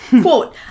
Quote